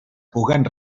puguen